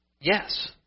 yes